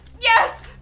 Yes